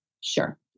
Sure